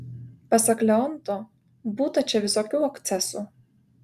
pasak leonto būta čia visokių akcesų